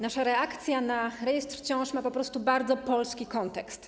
Nasza reakcja na rejestr ciąż ma po prostu bardzo polski kontekst.